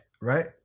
Right